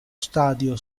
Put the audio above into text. stadio